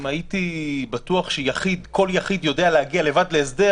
אם הייתי בטוח שכל יחיד יודע להגיע לבד להסדר